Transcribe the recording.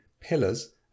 pillars